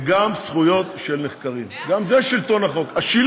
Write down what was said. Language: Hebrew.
גם זכויות של נחקרים, מאה אחוז.